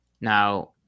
Now